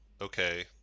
okay